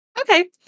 Okay